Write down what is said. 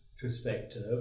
perspective